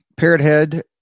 Parrothead